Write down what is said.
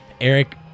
Eric